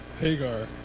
Hagar